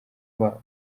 babo